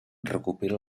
recupera